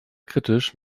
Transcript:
kritisch